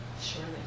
Surely